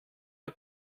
der